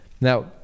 now